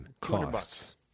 costs